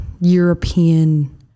european